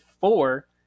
four